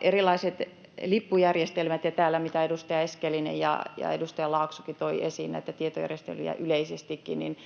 Erilaiset lippujärjestelmät ja se, mitä täällä edustaja Eskelinen ja edustaja Laaksokin toivat esiin näitä tietojärjestelyjä yleisestikin